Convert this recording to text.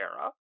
era